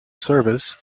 service